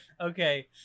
Okay